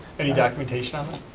any documentation on that?